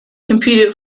computed